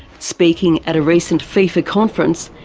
speaking at a recent fifa conference,